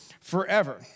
forever